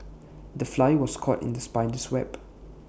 the fly was caught in the spider's web